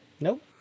Nope